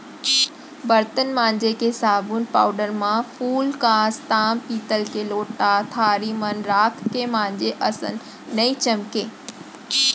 बरतन मांजे के साबुन पाउडर म फूलकांस, ताम पीतल के लोटा थारी मन राख के मांजे असन नइ चमकय